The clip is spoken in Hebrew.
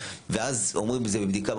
ואז אומרים "זה בבדיקה",